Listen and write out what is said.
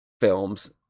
films